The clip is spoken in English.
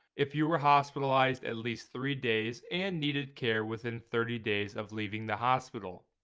if you were hospitalized at least three days and needed care within thirty days of leaving the hospital.